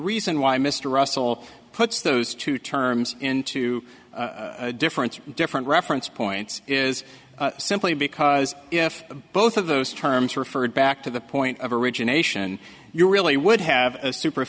reason why mr russell puts those two terms in two different different reference points is simply because if both of those terms referred back to the point of origination you really would have a super